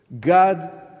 God